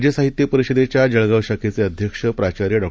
राज्य साहित्य परिषदेच्या जळगाव शाखेचे अध्यक्ष प्राचार्य डॉ